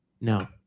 No